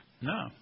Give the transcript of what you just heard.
No